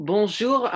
Bonjour